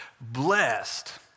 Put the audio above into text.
blessed